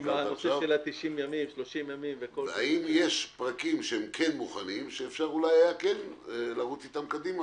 פרקים שהם כן מוכנים שאפשר אולי כן היה לרוץ אתם קדימה